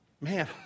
Man